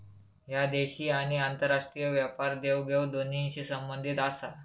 ह्या देशी आणि आंतरराष्ट्रीय व्यापार देवघेव दोन्हींशी संबंधित आसा